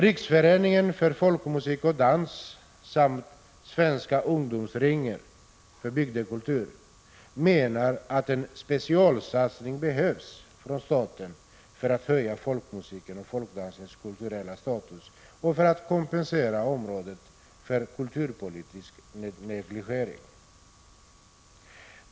Riksföreningen för folkmusik och dans samt Svenska ungdomsringen för bygdekultur menar att en specialsatsning behövs från staten för att höja folkmusikens och folkdansens kulturella status och för att kompensera området för kulturpolitisk negligering.